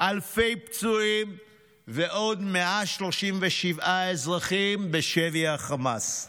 אלפי פצועים ועוד 137 אזרחים בשבי חמאס.